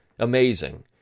Amazing